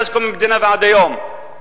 מאז קום המדינה ועד היום.